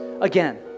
again